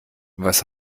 was